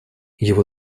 его